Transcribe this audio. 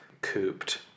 cooped